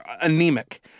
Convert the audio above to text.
anemic